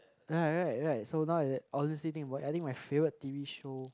ya right right so now is it all this thing I think my favourite t_v show